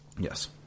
Yes